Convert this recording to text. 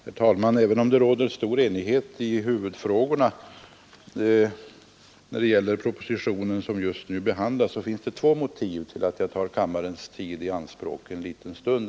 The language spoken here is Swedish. Herr talman! Även om det råder stor enighet i huvudfrågorna när det gäller den proposition som just nu behandlas, så finns det två motiv till att jag tar kammarens tid i anspråk en liten stund.